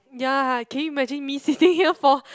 ya can you imagine me sitting here for